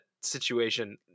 situation